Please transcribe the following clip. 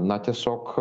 na tiesiog